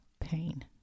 pain